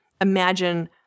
Imagine